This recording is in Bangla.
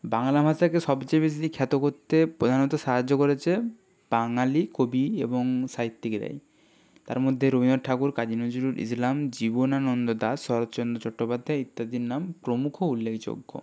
বাংলা ভাষাকে সবচেয়ে বেশি খ্যাত করতে প্রধানত সাহায্য করেছে বাঙালি কবি এবং সাহিত্যিকরাই তার মধ্যে রবীন্দ্রনাথ ঠাকুর কাজী নজরুল ইসলাম জীবনানন্দ দাশ শরৎচন্দ্র চট্টোপাধ্যায় ইত্যাদির নাম প্রমুখ উল্লেখযোগ্য